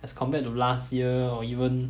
as compared to last year or even